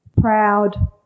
proud